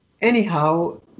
Anyhow